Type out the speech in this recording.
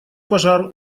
пожар